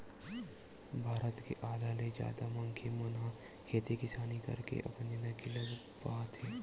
भारत के आधा ले जादा मनखे मन ह खेती किसानी करके अपन जिनगी ल पहाथे